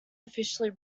officially